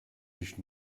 nicht